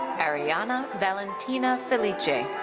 arianna valentina felice.